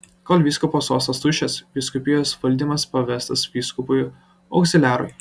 kol vyskupo sostas tuščias vyskupijos valdymas pavestas vyskupui augziliarui